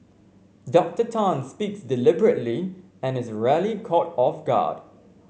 Doctor Tan speaks deliberately and is rarely caught off guard